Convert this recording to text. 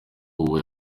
ubu